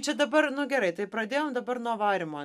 čia dabar nu gerai tai pradėjom dabar nuo varymo